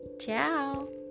ciao